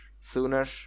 sooner